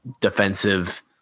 defensive